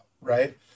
right